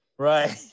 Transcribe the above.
Right